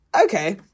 Okay